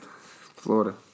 Florida